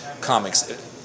comics